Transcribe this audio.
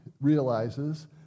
realizes